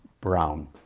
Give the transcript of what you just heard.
Brown